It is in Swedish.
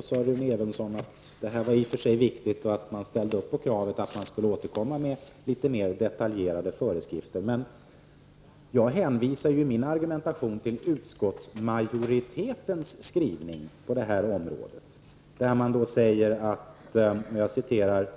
Rune Evensson att sådana i och för sig är viktiga och att man således ställer upp på kraven på att man skall komma med litet mera detaljerade föreskrifter. Men jag hänvisade i min argumentation till utskottsmajoritetens skrivning i detta avseende. Det står att